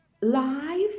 live